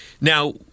Now